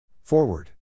Forward